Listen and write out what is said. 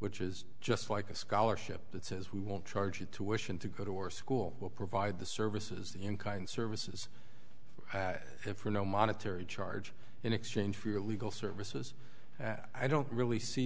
which is just like a scholarship that says we won't charge you to wishing to go to war school will provide the services in kind services for no monetary charge in exchange for legal services i don't really see